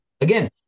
Again